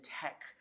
tech